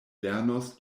lernos